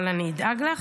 אבל אני אדאג לך,